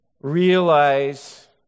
realize